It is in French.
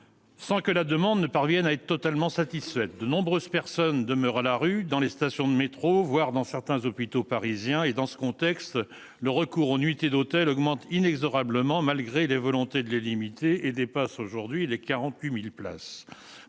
sans que la demande ne parviennent à être totalement satisfaite de nombreuses personnes demeurent à la rue dans les stations de métro, voire dans certains hôpitaux parisiens et dans ce contexte, le recours aux nuitées d'hôtel augmente inexorablement malgré la volonté de les limiter et dépasse aujourd'hui les 48000 places